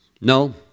No